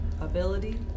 ability